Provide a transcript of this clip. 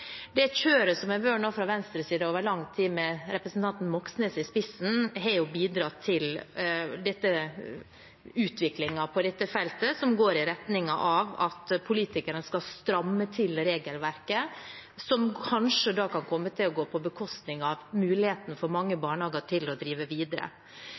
Det kjøret som har vært fra venstresiden over lang tid nå, med representanten Moxnes i spissen, har bidratt til utviklingen på dette feltet, som går i retning av at politikerne skal stramme til regelverket, som kanskje kan komme til å gå på bekostning av muligheten for mange barnehager til å drive videre.